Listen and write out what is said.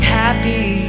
happy